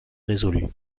résolu